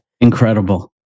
Incredible